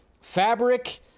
fabric